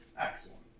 Excellent